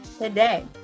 today